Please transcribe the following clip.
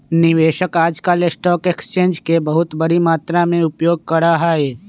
निवेशक आजकल stock exchange के बहुत बडी मात्रा में उपयोग करा हई